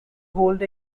hold